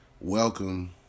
Welcome